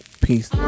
Peace